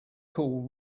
call